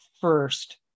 first